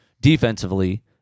defensively